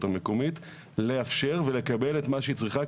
המקומית לאפשר ולקבל את מה שהיא צריכה,